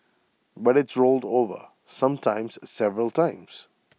but it's rolled over sometimes several times